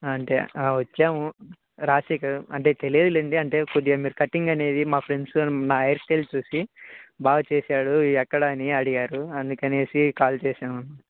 అంటే వచ్చాము రాసికు అంటే తెలియదులేండి అంటే కొద్దిగా మీరు కటింగ్ అనేది మా ఫ్రెండ్స్ మా హెయిర్ స్టైల్ చూసి బాగా చేశాడు ఎక్కడ అని అడిగారు అందుకని కాల్ చేశాము